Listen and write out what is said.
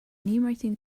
enumerating